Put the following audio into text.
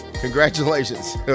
congratulations